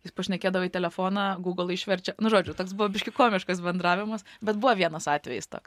jis pašnekėdavo į telefoną gūgl išverčia nu žodžiu toks buvo biški komiškas bendravimas bet buvo vienas atvejis tok